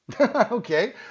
Okay